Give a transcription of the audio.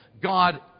god